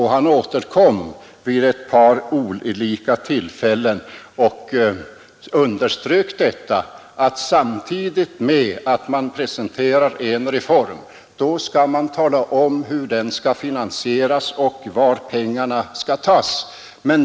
Han återkom vid ett par olika tillfällen och underströk att samtidigt som man presenterar en reform skall man tala om hur den skall finansieras — var pengarna skall tas.